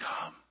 come